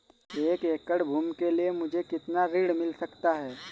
एक एकड़ भूमि के लिए मुझे कितना ऋण मिल सकता है?